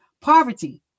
poverty